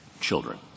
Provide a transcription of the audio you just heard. children